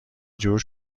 جور